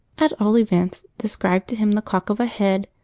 at all events, describe to him the cock of a head,